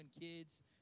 kids